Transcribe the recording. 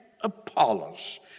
Apollos